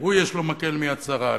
הוא יש לו מקל מ"יד שרה",